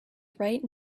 right